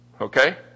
Okay